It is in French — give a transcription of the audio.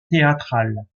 théâtrales